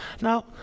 Now